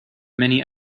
many